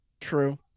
True